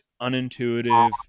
unintuitive